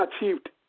achieved